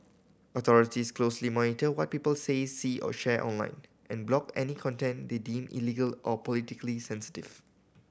authorities closely monitor what people say see or share online and block any content they deem illegal or politically sensitive